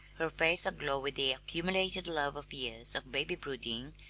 her face aglow with the accumulated love of years of baby-brooding,